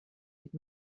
vuit